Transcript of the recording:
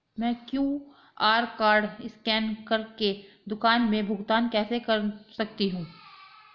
मैं QR code scan कर के दुकान में भुगतान कैसे कर सकती हूँ?